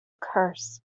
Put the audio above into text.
curse